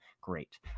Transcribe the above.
great